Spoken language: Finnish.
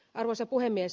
arvoisa puhemies